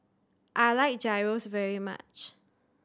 I like Gyros very much